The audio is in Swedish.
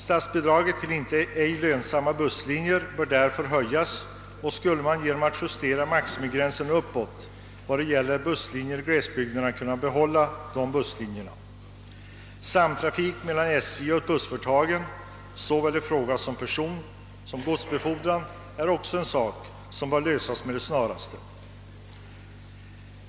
Statsbidraget till ej lönsamma busslinjer bör därför höjas. Man skulle genom att justera maximigränsen uppåt då det gäller glesbygderna kunna behålla dessa busslinjer. Samtrafiken mellan SJ och bussföretagen, i fråga om såväl personsom godsbefordran, är också något som bör lö sas med det snaraste.